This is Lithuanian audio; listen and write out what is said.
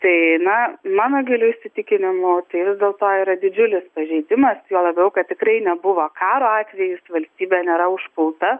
tai na mano giliu įsitikinimu tai vis dėlto yra didžiulis pažeidimas juo labiau kad tikrai nebuvo karo atvejis valstybė nėra užpulta